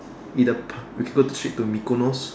either Park we can go straight to mikonos